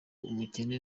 umukene